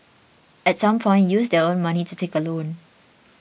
at some point use their own money to take a loan